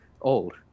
old